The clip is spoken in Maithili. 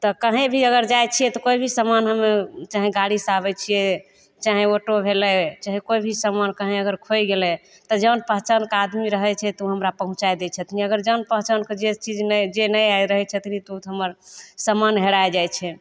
तऽ कहीँ भी अगर जाइ छिए तऽ कोइ भी समान हमे चाहे गाड़ीसे आबै छिए चाहे ऑटो भेलै चाहे कोइ भी समान कहीँ अगर खोइ गेलै तऽ जान पहचानके आदमी रहै छै तऽ ओ हमरा पहुँचै दै छथिन अगर जान पहचानके जे चीज जे आइ नहि रहै छथिन ओ तऽ हमर समान हेरै जाइ छै